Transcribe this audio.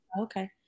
Okay